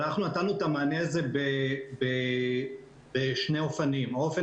אנחנו נתנו את המענה הזה בשני אופנים האופן